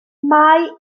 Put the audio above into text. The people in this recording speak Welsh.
mae